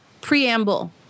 preamble